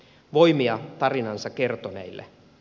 voimia tarinansa kertoneille